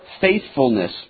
faithfulness